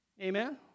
Amen